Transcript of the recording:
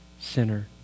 sinner